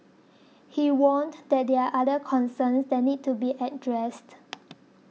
he warned that there are other concerns that need to be addressed